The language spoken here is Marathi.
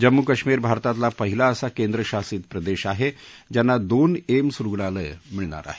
जम्मू काश्मिर भारतातला पहिला असा केंद्रशासित प्रदेश आहे ज्यांना दोन एम्स रूग्णालयं मिळणार आहेत